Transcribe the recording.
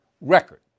record